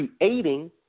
creating